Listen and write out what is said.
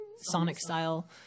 sonic-style